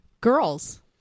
Girls